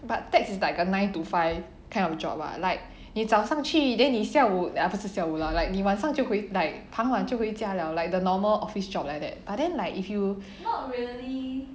but tax is like a nine to five kind of job [what] like 你早上去 then 你下午 eh 不是下午 lah like 你晚上就回 like 傍晚就回家了 like the normal office job like that but then like if you